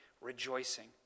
rejoicing